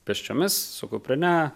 pėsčiomis su kuprine